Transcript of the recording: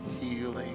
healing